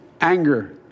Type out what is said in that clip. anger